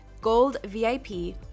GOLDVIP